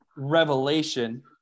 revelation